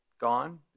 gone